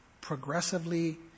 progressively